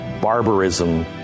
Barbarism